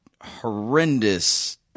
horrendous